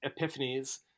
epiphanies